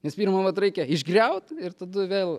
nes pirma vat reikia išgriaut ir tada vėl